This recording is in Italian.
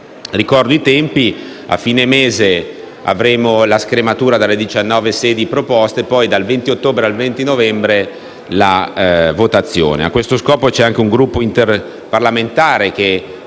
Ricordo i tempi: a fine mese avremo la scrematura dalle 19 sedi proposte; poi, dal 20 ottobre al 20 novembre la votazione. A tal fine si è costituito anche un gruppo interparlamentare con